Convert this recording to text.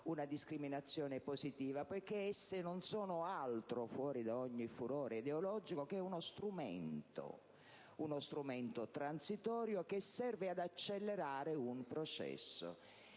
una discriminazione positiva: esse non sono altro, fuori da ogni furore ideologico, che uno strumento transitorio che serve ad accelerare un processo,